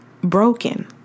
broken